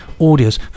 audios